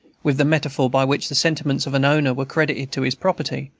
with the metaphor by which the sentiments of an owner were credited to his property,